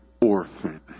orphan